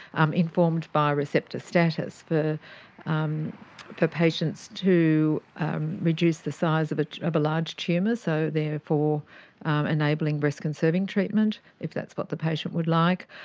um informed by receptor status, for um for patients to reduce the size of but of a large tumour, so therefore enabling breast conserving treatment, if that's what the patient would like.